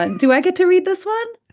and do i get to read this one.